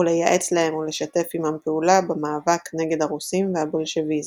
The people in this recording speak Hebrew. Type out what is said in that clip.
ולייעץ להם ולשתף עימם פעולה במאבק נגד הרוסים והבולשביזם.